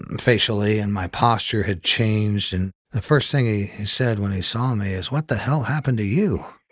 and and facially and my posture had changed. and the first thing he said when he saw me is, what the hell happened to you?